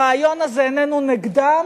הרעיון הזה איננו נגדם,